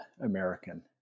American